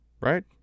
Right